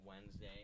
Wednesday